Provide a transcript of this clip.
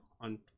on